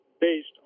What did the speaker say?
based